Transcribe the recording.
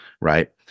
right